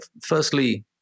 Firstly